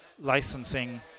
licensing